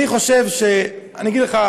אני אגיד לך,